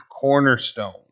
cornerstone